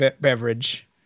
beverage